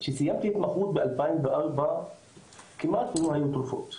כשסיימתי התמחות ב-2004 כמעט לא היו תרופות,